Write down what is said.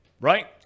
Right